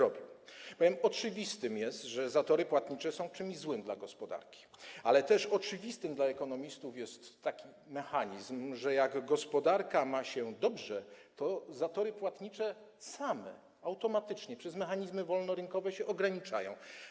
Oczywiste jest, że zatory płatnicze są czymś złym dla gospodarki, ale też oczywisty dla ekonomistów jest taki mechanizm, że jak gospodarka ma się dobrze, to zatory płatnicze same, automatycznie, przez mechanizmy wolnorynkowe się ograniczają.